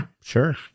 Sure